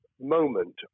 moment